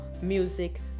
music